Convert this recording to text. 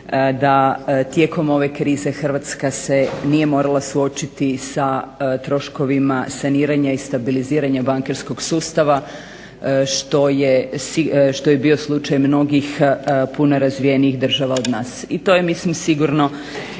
da tijekom ove krize Hrvatska se nije morala suočiti sa troškovima saniranja i stabiliziranja bankarskog sustava što je bio slučaj mnogih puno razvijenijih država od nas. I to je mislim sigurno